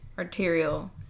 arterial